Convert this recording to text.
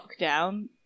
lockdown